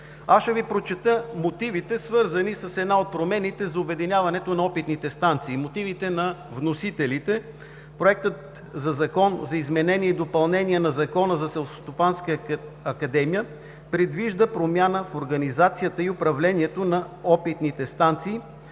Аз ще Ви прочета мотивите, свързани с една от промените – за обединяването на опитните станции. Мотивите на вносителите: „Проектът за Закон за изменение и допълнение на Закона за Селскостопанска академия предвижда промяна в организацията и управлението на опитните станции,